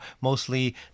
mostly